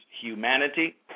humanity